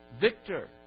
victor